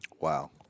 Wow